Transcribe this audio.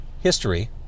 history